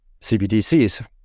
CBDCs